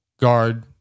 guard